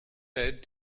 had